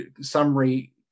summary